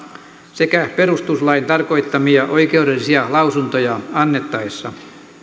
sekä perustuslain tarkoittamia oikeudellisia lausuntoja annettaessa